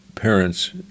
Parents